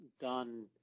done –